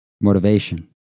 Motivation